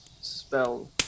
spell